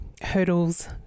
hurdles